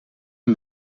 een